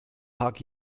hug